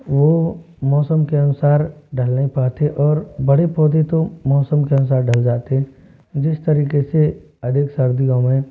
वो मौसम के अनुसार ढल नहीं पाते और बड़े पौधे तो मौसम के अनुसार ढल जाते है जिस तरीके से अधिक सर्दियों में